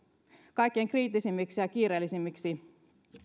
kaikkein kriittisimmiksi ja kiireellisimmiksi